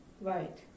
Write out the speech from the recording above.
Right